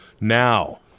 Now